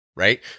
Right